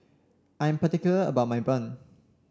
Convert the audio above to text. I'm particular about my bun